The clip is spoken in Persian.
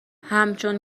همچون